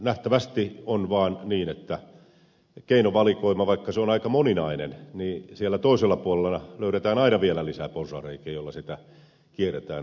nähtävästi on vaan niin että vaikka keinovalikoima on aika moninainen siellä toisella puolella löydetään aina vielä lisää porsaanreikiä joilla sitä kierretään